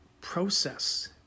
process